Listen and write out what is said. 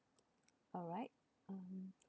alright mm